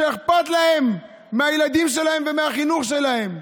שאכפת להם מהילדים שלהם ומהחינוך שלהם,